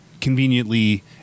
conveniently